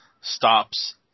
stops